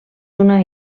una